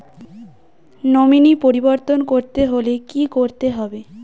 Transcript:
Nominee পরিবর্তন করতে হলে কী করতে হবে?